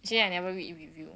actually I never read review